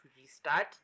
restart